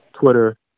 Twitter